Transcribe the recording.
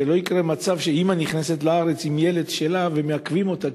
שלא יקרה מצב שאימא נכנסת לארץ עם ילד שלה ומעכבים אותה,